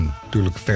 natuurlijk